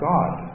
God